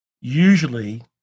usually